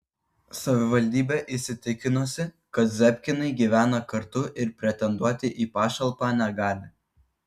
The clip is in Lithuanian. savivaldybė įsitikinusi kad zebkinai gyvena kartu ir pretenduoti į pašalpą negali